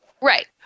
Right